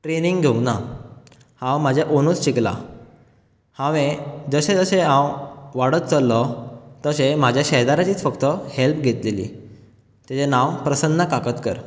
training घेवंक ना हांव म्हजे ओनूच शिकलां हांवें जशें जशें हांव वाडत चल्लो तशें म्हाज्या शेजाऱ्याचीच फक्त हॅल्प घेतलेली तेजे नांव प्रसन्ना काकतकर